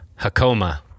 Hakoma